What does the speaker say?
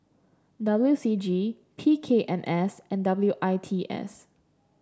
W C G P K M S and W I T S